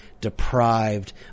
deprived